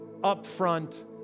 upfront